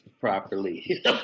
properly